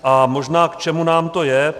A možná, k čemu nám to je.